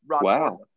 Wow